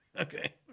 Okay